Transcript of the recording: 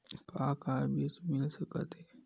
का का बीज मिल सकत हे?